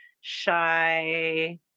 shy